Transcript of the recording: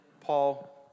Paul